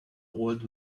old